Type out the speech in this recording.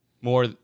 More